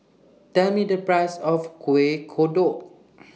Tell Me The Price of Kuih Kodok